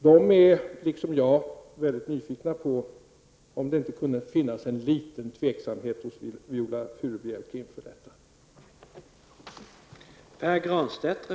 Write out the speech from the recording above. De är liksom jag mycket nyfikna -- om det inte kunde finnas en tveksamhet hos Viola Furubjelke inför detta.